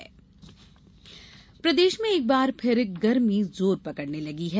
मौसम प्रदेश में एक बार फिर गरमी जोर पकड़ने लगी है